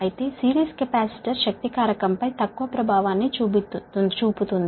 అయితే series capacitor power factor పై తక్కువ ప్రభావాన్ని చూపుతుంది